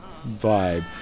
vibe